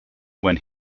when